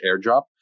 airdrop